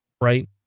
right